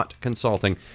Consulting